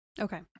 Okay